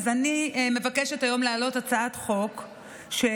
אני מבקשת היום להעלות הצעת חוק שהגשתי,